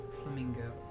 Flamingo